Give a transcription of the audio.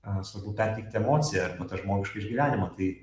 svarbu perteikt emociją žmogišką išgyvenimą tai